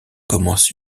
commencent